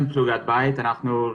שמנו